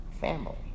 family